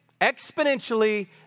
exponentially